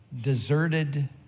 deserted